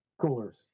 coolers